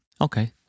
Okay